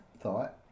thought